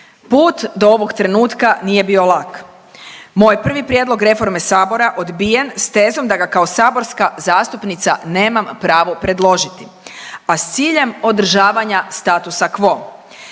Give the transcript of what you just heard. Put do ovog trenutka nije bio lak, moj je prvi prijedlog reforme sabora odbijen s tezom da ga kao saborska zastupnica nemam pravo predložiti, a s ciljem održavanja statusa quo